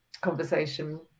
conversation